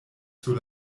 sur